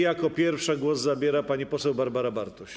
Jako pierwsza głos zabierze pani poseł Barbara Bartuś.